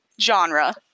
genre